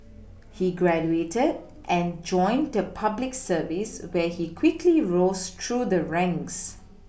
he graduated and joined the public service where he quickly rose through the ranks